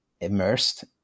immersed